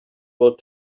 will